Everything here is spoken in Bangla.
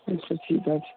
আচ্ছা ঠিক আছে